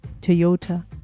Toyota